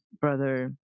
brother